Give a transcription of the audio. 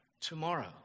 tomorrow